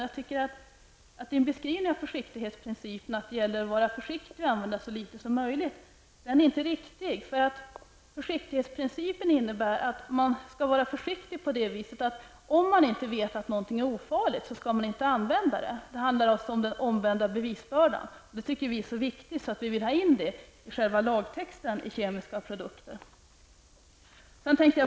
Jag tycker att Grethe Lundblads beskrivning av försiktighetsprincipen -- att det gäller att vara försiktig och använda så litet av en viss produkt som möjligt -- inte är riktig. Försiktighetsprincipen innebär att man skall vara försiktig så till vida att om man inte vet att någonting är ofarligt skall man inte använda det. Det handlar alltså om den omvända bevisbördan. Detta tycker vi är så viktigt att vi vill ha in det i själva lagtexten när det gäller kemiska produkter.